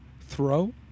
Throw